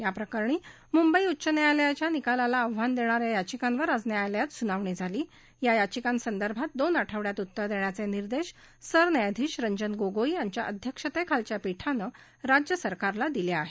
याप्रकरणी मुंबई उच्च न्यायालयाच्या निकालाला आव्हान देणाऱ्या याचिकांवर आज न्यायालयात सुनावणी झाली या याचिकांसंदर्भात दोन आठवङ्यात उत्तर देण्याचे निर्देश सरन्यायाधीश रंजन गोगोई यांच्या अध्यक्षतेखालच्या पीठानं राज्य सरकारला दिले आहेत